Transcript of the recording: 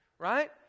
Right